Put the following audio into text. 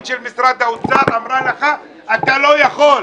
של משרד האוצר אמרה לך שאתה לא יכול.